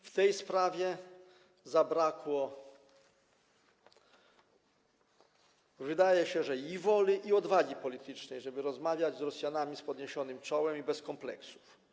W tej sprawie zabrakło, wydaje się, i woli, i odwagi politycznej, żeby rozmawiać z Rosjanami z podniesionym czołem i bez kompleksów.